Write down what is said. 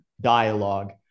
dialogue